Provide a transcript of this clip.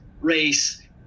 race